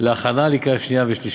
להכנה לקריאה שנייה ושלישית.